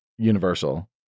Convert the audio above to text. universal